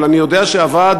אבל אני יודע שהוועד,